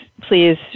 please